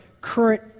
current